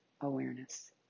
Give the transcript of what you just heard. awareness